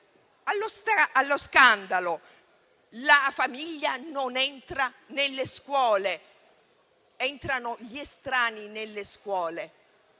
allo scandalo: la famiglia non entra nelle scuole, ma entrano gli estranei nelle scuole.